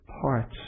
parts